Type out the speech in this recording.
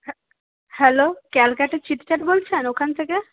হ্যাঁ hello Calcutta chitchat বলছেন ওখান থেকে